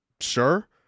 sure